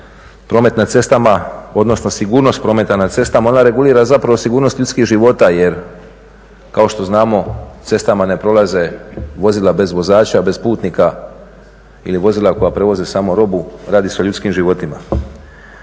promet na cestama odnosno sigurnost prometa na cestama, ona regulira zapravo sigurnost ljudskih života jer kao što znamo cestama ne prolaze vozila bez vozača, bez putnika ili vozila koja prevoze samo robu, radi se o ljudskim životima.